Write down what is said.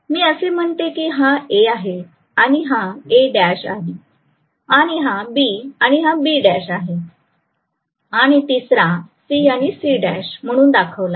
मी असे म्हणतो की हा A आहे आणि हा A' आणि हा B आणि हा B' आहे आणि तिसरा C आणि C' म्हणून दाखविला आहे